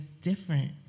different